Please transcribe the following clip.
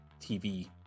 tv